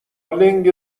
لنگ